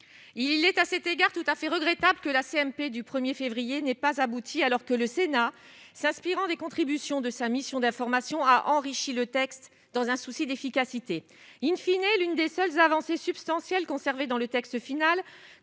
il est à cet égard tout à fait regrettable que la CNP du 1er février n'aient pas abouti, alors que le Sénat s'inspirant des contributions de sa mission d'information a enrichi le texte dans un souci d'efficacité in fine est l'une des seules avancées substantielles conservés dans le texte final